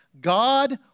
God